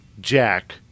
jack